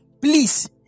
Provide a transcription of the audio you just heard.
Please